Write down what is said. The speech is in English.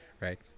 right